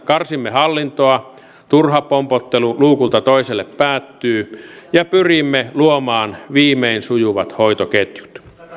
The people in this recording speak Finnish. karsimme hallintoa turha pompottelu luukulta toiselle päättyy ja pyrimme luomaan viimein sujuvat hoitoketjut